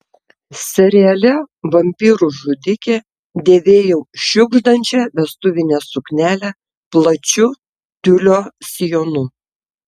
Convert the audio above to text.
seriale vampyrų žudikė dėvėjau šiugždančią vestuvinę suknelę plačiu tiulio sijonu